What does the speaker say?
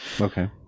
Okay